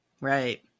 Right